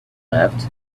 laughed